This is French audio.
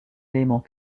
élément